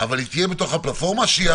אבל הן יהיו בתוך הפלטפורמה,